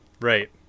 right